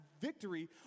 victory